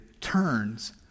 turns